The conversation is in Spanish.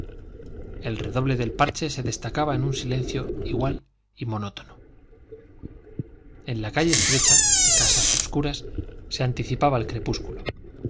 el redoble del parche se destacaba en un silencio igual y monótono en la calle estrecha de casas obscuras se anticipaba el crepúsculo